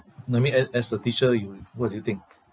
no I mean a~ as a teacher you what do you think